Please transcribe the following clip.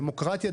דמוקרטיה,